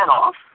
off